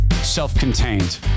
self-contained